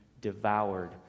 devoured